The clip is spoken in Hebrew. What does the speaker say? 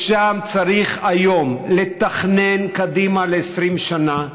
שם צריך היום לתכנן קדימה ל-20 שנה,